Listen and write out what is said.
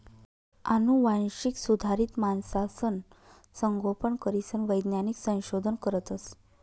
आनुवांशिक सुधारित मासासनं संगोपन करीसन वैज्ञानिक संशोधन करतस